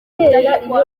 rudahigwa